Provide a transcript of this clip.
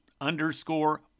underscore